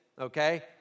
okay